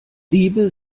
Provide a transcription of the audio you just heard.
diebe